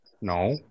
No